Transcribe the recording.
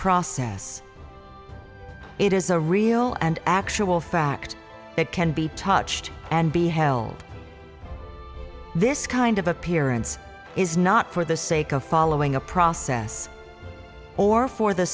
process it is a real and actual fact that can be touched and be held this kind of appearance is not for the sake of following a process or for the